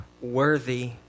worthy